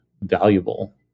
valuable